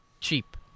Cheap